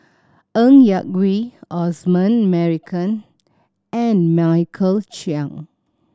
Ng Yak Whee Osman Merican and Michael Chiang